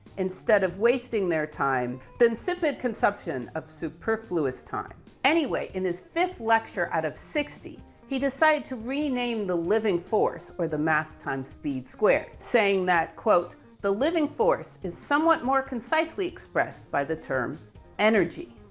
instead of wasting their time, then sip it consumption of superfluous time. anyway, in his fifth lecture, out of sixty, he decided to rename the living force or the mass times speed squared saying that quote, the living force is somewhat more concisely expressed by the term energy.